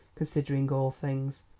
considering all things.